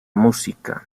música